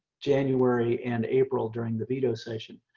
january and april during the veto session.